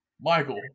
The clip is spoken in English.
Michael